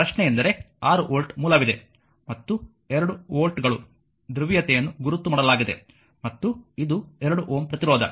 ಆದ್ದರಿಂದ ಪ್ರಶ್ನೆಯೆಂದರೆ 6 ವೋಲ್ಟ್ ಮೂಲವಿದೆ ಮತ್ತು 2 ವೋಲ್ಟ್ಗಳು ಧ್ರುವೀಯತೆಯನ್ನು ಗುರುತು ಮಾಡಲಾಗಿದೆ ಮತ್ತು ಇದು 2 Ω ಪ್ರತಿರೋಧ